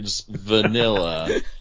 vanilla